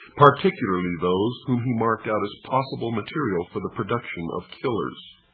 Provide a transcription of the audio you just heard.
particularly those whom he marked out as possible material for the production of killers.